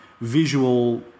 visual